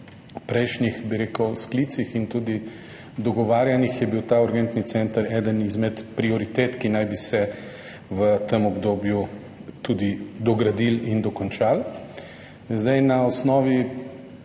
prejšnjih sklicih in tudi dogovarjanjih je bil ta urgentni center ena izmed prioritet in naj bi se v tem obdobju tudi dogradil in dokončal. Zdaj je na osnovi